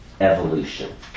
evolution